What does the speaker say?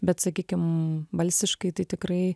bet sakykim balsiškai tai tikrai